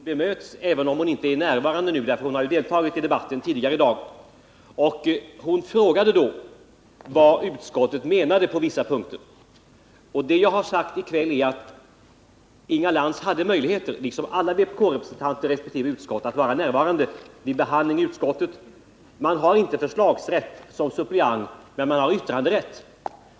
Herr talman! Inga Lantz får nöja sig med att hon bemöts trots att hon inte nu är närvarande. Hon deltog ju i debatten tidigare i dag och frågade då vad utskottet menade på vissa punkter. Vad jag i dag har sagt är att Inga Lantz, liksom alla vpk-representanter i resp. utskott, hade möjlighet att vara närvarande vid behandlingen i utskottet. Som suppleant har man inte förslagsrätt. Däremot har man yttranderätt.